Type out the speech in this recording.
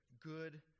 good